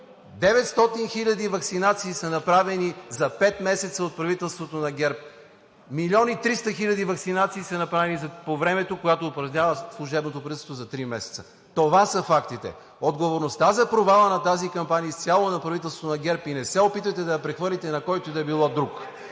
900 хиляди ваксинации са направени за пет месеца от правителството на ГЕРБ. Милион и 300 хиляди ваксинации са направени по времето, когато управлява служебното правителство – за три месеца. Това са фактите! Отговорността за провала на тази кампания е изцяло на правителството на ГЕРБ и не се опитвайте да я прехвърлите на когото и да било.